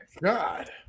God